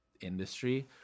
Industry